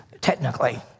Technically